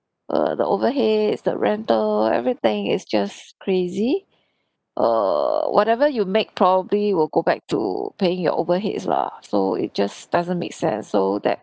uh the overheads the rental everything is just crazy err whatever you make probably will go back to paying your overheads lah so it just doesn't make sense so that